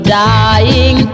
dying